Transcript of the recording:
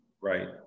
right